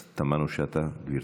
אז תמנו-שטה, גברתי.